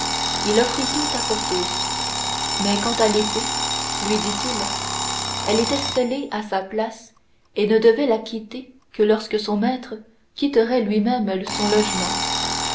il offrit tout à porthos mais quant à l'épée lui dit-il elle était scellée à sa place et ne devait la quitter que lorsque son maître quitterait lui-même son logement